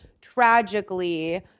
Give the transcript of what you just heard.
tragically